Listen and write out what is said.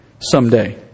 someday